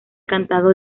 cantado